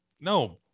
No